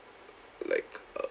like uh